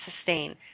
sustain